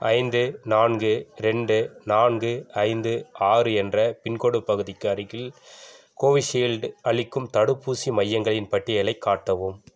ஐந்து நான்கு ரெண்டு நான்கு ஐந்து ஆறு என்ற பின்கோடு பகுதிக்கு அருகில் கோவிஷீல்டு அளிக்கும் தடுப்பூசி மையங்களின் பட்டியலைக் காட்டவும்